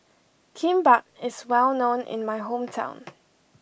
Kimbap is well known in my hometown